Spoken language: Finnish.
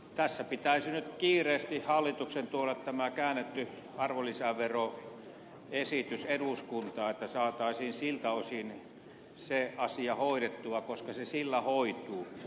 tässä pitäisi nyt kiireesti hallituksen tuoda tämä käännetty arvonlisäveroesitys eduskuntaan niin että saataisiin siltä osin se asia hoidettua koska se sillä hoituu